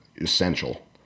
essential